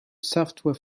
software